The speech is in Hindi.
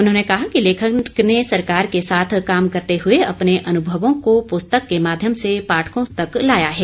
उन्होंने कहा कि लेखक ने सरकार के साथ काम करते हुए अपने अनुभवों को पुस्तक के माध्यम से पाठकों तक लाया है